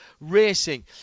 racing